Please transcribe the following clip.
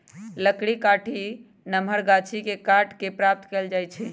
लकड़ी काठी नमहर गाछि के काट कऽ प्राप्त कएल जाइ छइ